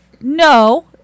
No